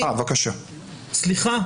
סליחה.